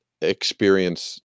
experience